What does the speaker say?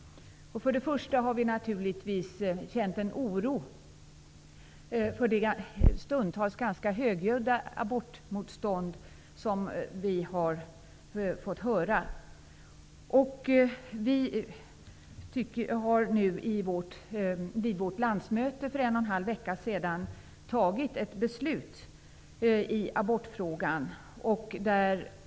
Först och främst har vi naturligtvis känt oro för det stundtals ganska högljudda abortmotstånd som vi har fått höra. Vi har nu vid vårt landsmöte för en och en halv vecka sedan fattat ett beslut i abortfrågan.